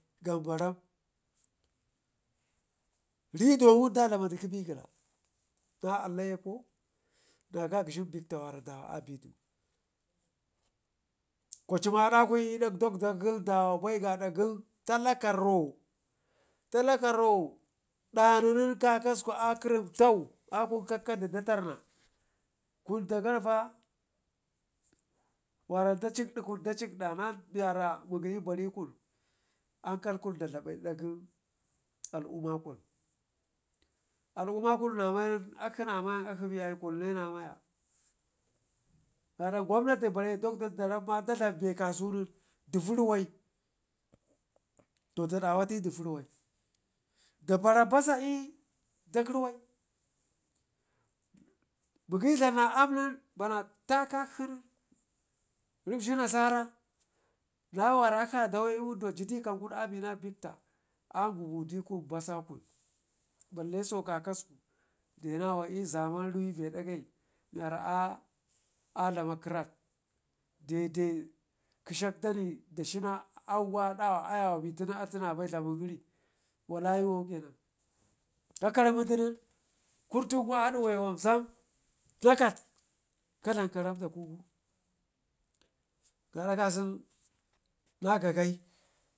gambaram riduwa wun da dlamadu kə begəla na alaiyafu na gagəghen ɓekta mewara dawa abidu, kwa cimma ada kun i'dan dakda gən dawa bai gaada gən talaka ro talakaro ɗani nen kakasku a gərimtau akun kakkaɗi de terna, kun dak garva wara da cikdi kun da cikda na mi yara mugəyi bari kun ankal kun da dlaben gare ɗak al'umma kun, al'umma kunna maya nen akshi mayan akshi be ai na maya kun ne na maya kaɗa gwamnati bere dakda da dlam be kasu nen dillu ruwai to da ɗawate duvu ruwai dabara basa i'dak ruwai, mugəyi dlam na aam nen bana takakshi nen rughi nasara na wara akshi a dawau i'mundu wa gidi kam gun abina bikta angumu di kun basa kun, balle so kakasku denaje be dagai a dlama gərat de de kəshak dani dashina augu a dawa ayawa be tunu atu nabai dlamin gəri wakwuyo kenan, ka karme din ƙurtum gu a duwayu wan zam dlakat kadlam karam dakugu gaada kasunun nagagai